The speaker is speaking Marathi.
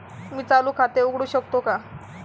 मी चालू खाते उघडू शकतो का?